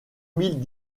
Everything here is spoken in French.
milles